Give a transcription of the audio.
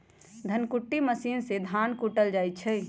धन कुट्टी मशीन से धान कुटल जाइ छइ